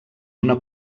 una